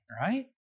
right